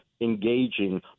engaging